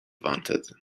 wanted